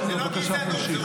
בדיוק, בדיוק.